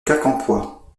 quincampoix